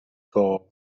گاو